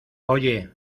oye